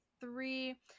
three